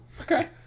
okay